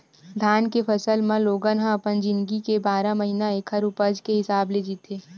धान के फसल म लोगन ह अपन जिनगी के बारह महिना ऐखर उपज के हिसाब ले जीथे